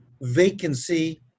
vacancy